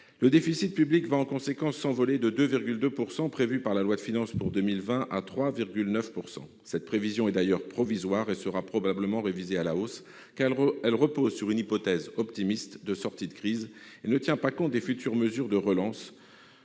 Le déficit public va, en conséquence, s'envoler, de 2,2 % prévus par la loi de finances pour 2020 à 3,9 %. Cette prévision est d'ailleurs provisoire et sera probablement révisée à la hausse, car elle repose sur une hypothèse optimiste de sortie de crise et ne tient pas compte des futures mesures de relance.